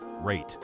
Rate